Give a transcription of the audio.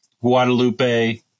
Guadalupe